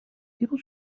people